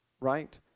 right